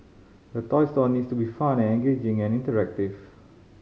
a toy store needs to be fun and engaging and interactive